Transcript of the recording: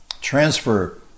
transfer